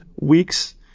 weeks